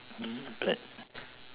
but